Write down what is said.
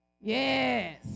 Yes